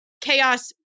chaos